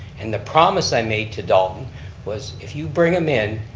and the promise i made to dalton was, if you bring him in,